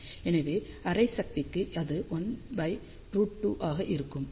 எனவே அரை சக்திக்கு அது 1√2 ஆக இருக்கும்